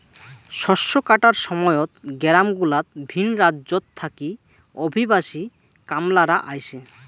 শস্য কাটার সময়ত গেরামগুলাত ভিন রাজ্যত থাকি অভিবাসী কামলারা আইসে